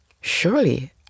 Surely